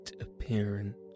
appearance